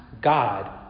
God